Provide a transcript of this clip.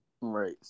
Right